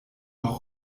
noch